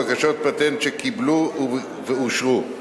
בקשות פטנט שקיבלו ואושרו.